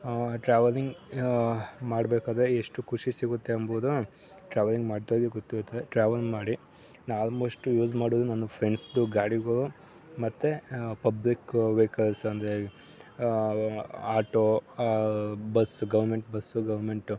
travelling ಮಾಡಬೇಕಾದ್ರೆ ಎಷ್ಟು ಖುಷಿ ಸಿಗುತ್ತೆ ಎಂಬುದು ಟ್ರಾವಲಿಂಗ್ ಮಾಡ್ದೋರಿಗೆ ಗೊತ್ತಿರುತ್ತದೆ ಟ್ರಾವಲ್ ಮಾಡಿ ನಾ ಆಲ್ಮೋಶ್ಟು ಯೂಸ್ ಮಾಡೋದು ನನ್ನ ಫ್ರೆಂಡ್ಸ್ದು ಗಾಡಿಗಳು ಮತ್ತೆ ಪಬ್ಲಿಕ್ ವೆಹಿಕಲ್ಸ್ ಅಂದರೆ auto bus government bus government